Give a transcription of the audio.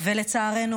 לצערנו,